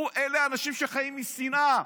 אלה אנשים שחיים משנאה.